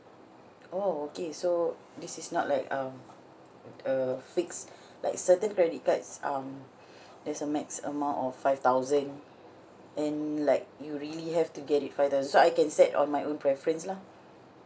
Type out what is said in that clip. oh okay so this is not like um a fixed like certain credit cards um there's a max amount of five thousand and like you really have to get it five thousand so I can set on my own preference lah